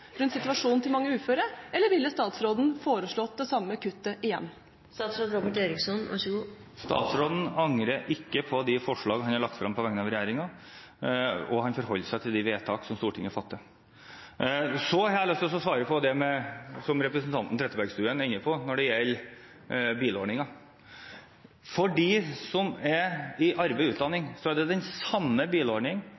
til mange uføre, eller ville statsråden foreslått det samme kuttet igjen? Statsråden angrer ikke på de forslag han har lagt frem på vegne av regjeringen, og han forholder seg til de vedtak som Stortinget fatter. Så har jeg lyst til å svare på det representanten Trettebergstuen er inne på når det gjelder bilordningen. For de som er i arbeid og utdanning, er det den samme